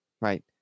right